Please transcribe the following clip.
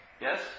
yes